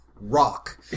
Rock